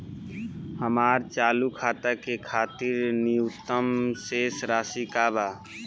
हमार चालू खाता के खातिर न्यूनतम शेष राशि का बा?